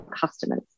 customers